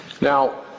Now